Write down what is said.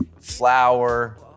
flour